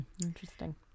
Interesting